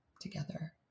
together